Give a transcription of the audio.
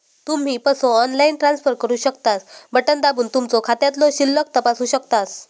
तुम्ही पसो online transfer करू शकतास, बटण दाबून तुमचो खात्यातलो शिल्लक तपासू शकतास